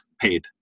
paid